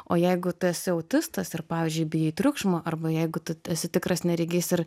o jeigu tu esi autistas ir pavyzdžiui bijai triukšmo arba jeigu tu esi tikras neregys ir